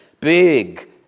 big